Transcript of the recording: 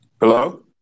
Hello